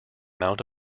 mount